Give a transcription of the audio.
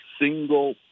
single